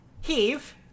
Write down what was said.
Heave